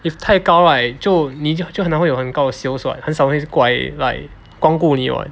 if 太高 right 就你就很难会有很高的 sales [what] 很少人会过来光顾你 [what]